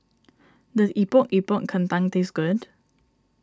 does Epok Epok Kentang taste good